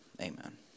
amen